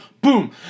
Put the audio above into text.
boom